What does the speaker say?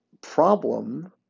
problem